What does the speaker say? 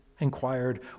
inquired